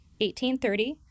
1830